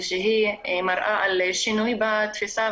ושהיא מראה על שינוי בתפיסה,